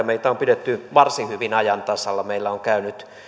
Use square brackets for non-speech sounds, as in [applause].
[unintelligible] meitä on pidetty varsin hyvin ajan tasalla meillä on käynyt